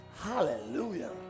hallelujah